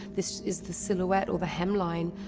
this is the silhouette or the hemline.